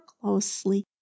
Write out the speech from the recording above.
closely